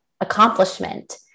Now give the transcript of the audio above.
accomplishment